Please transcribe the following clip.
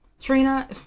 Trina